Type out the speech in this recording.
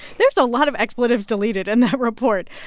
there's a lot of expletives deleted in that report.